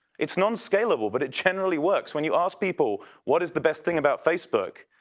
it's non scalable but it generally works. when you ask people what is the best thing about facebook?